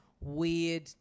weird